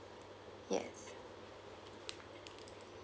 yes